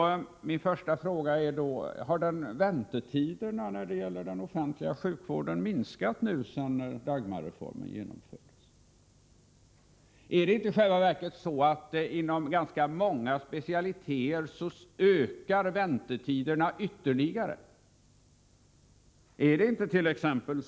Min fråga är då: Har väntetiderna när det gäller den offentliga sjukvården minskat nu sedan Dagmarreformen genomfördes? Är det inte i själva verket så att väntetiderna inom ganska många specialiteter ökar ytterligare? Är det intet.ex.